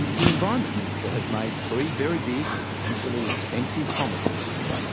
the environment minister has made three very big and potentially expensive promises here,